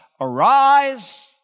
Arise